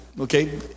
okay